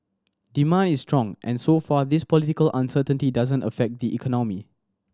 demand is strong and so far this political uncertainty doesn't affect the economy